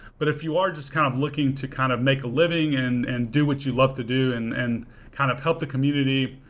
but if you are just kind of looking to kind of make a living and and do what you love to do and and kind of help the community,